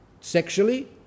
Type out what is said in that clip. sexually